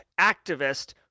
activist